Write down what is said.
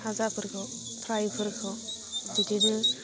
फाजाफोरखौ फ्राइफोरखौ बिदिनो